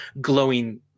glowing